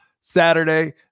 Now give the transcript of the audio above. Saturday